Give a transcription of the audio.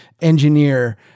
engineer